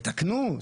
חברתיים-ציבוריים.